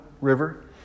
river